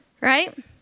right